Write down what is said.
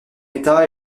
état